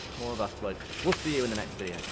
more of us blokes, we'll see you in the next video!